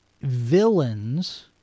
villains